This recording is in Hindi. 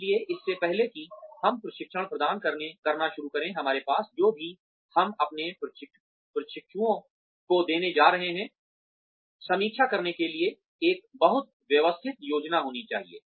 इसलिए इससे पहले कि हम प्रशिक्षण प्रदान करना शुरू करें हमारे पास जो भी हम अपने प्रशिक्षुओं को देने जा रहे हैं समीक्षा करने के लिए एक बहुत व्यवस्थित योजना होनी चाहिए